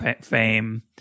fame